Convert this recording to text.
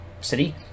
city